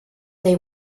they